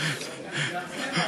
זה משהו.